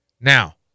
Now